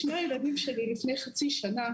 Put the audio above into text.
שני הילדים שלי, לפני חצי שנה